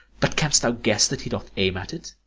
but canst thou guess that he doth aim at it?